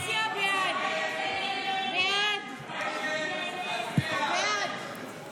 הסתייגות 1931